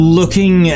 looking